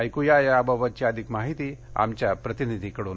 ऐक्या याबाबतची अधिक माहिती आमच्या प्रतिनिधीकडून